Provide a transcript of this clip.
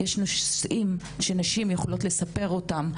יש נושאים שנשים יכולות לספר אותם,